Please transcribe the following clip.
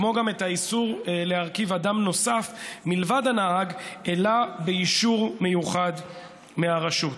כמו גם את האיסור להרכיב אדם נוסף מלבד הנהג אלא באישור מיוחד מהרשות.